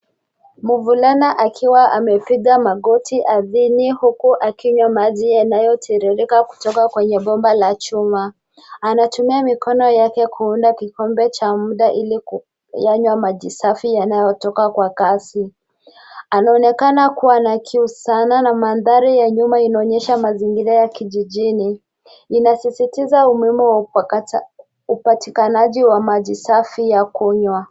Mvulana akiwa amepiga magoti ardhini huku akinywa maji yanayotiririka kutoka kwenye bomba la chuma anatumia mikono yake kuunda kikombe cha muda ili kuyanywa maji safi yanayotoka kwa kasi, anaonekana kuwa na kiu sana na mandhari ya nyuma inaonyesha mazingira ya kijijini inasisitiza umuhimu wa kata upatikanaji wa maji safi ya kunywa.